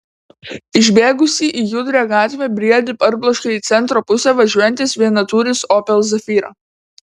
išbėgusį į judrią gatvę briedį parbloškė į centro pusę važiuojantis vienatūris opel zafira